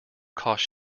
cost